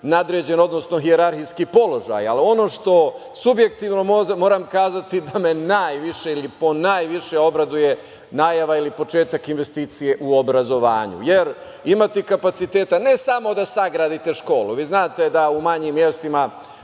nadređen odnos odnosno hijerarhijski položaj, ali ono što subjektivno moram kazati da me najviše, ili ponajviše obraduje najava ili početak investicije u obrazovanju. Jer, imati kapaciteta ne samo da sagradite školu, vi znate da u manjim mestima